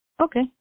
Okay